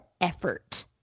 effort